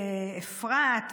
באפרת,